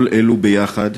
כל אלו ביחד